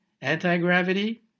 Anti-gravity